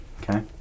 Okay